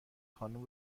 خانم